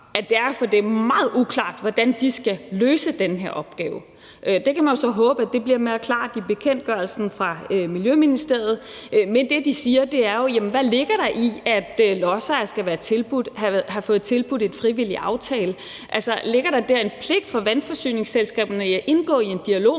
at det for dem er meget uklart, hvordan de skal løse den her opgave. Det kan man så håbe bliver mere klart i bekendtgørelsen fra Miljøministeriet. Men det, de siger, er jo: Hvad ligger der i, at lodsejere skal have fået tilbudt en frivillig aftale? Altså, ligger der dér en pligt for vandforsyningsselskaberne til at indgå i en dialog